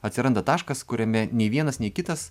atsiranda taškas kuriame nei vienas nei kitas